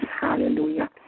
hallelujah